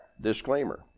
Disclaimer